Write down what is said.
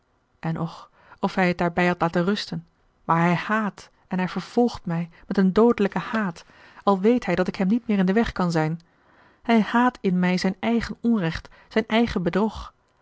en och of hij het daarbij had laten rusten maar hij haat en hij vervolgt mij met een doodelijken haat al weet hij dat ik hem niet meer in den weg kan zijn hij haat in mij zijn eigen onrecht zijn eigen bedrog